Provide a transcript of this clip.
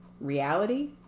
reality